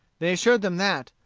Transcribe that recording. they assured them that,